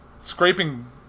scraping